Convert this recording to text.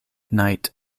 knight